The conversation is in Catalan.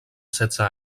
setze